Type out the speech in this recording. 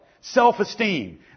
self-esteem